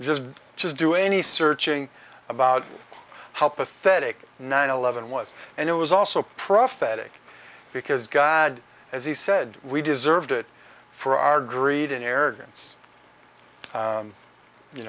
just to do any searching about how pathetic nine eleven was and it was also prosthetic because god as he said we deserved it for our greed and arrogance